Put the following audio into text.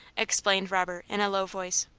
explained robert in a low voice.